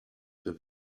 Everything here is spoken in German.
für